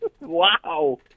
Wow